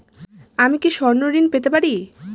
আমি কি স্বর্ণ ঋণ পেতে পারি?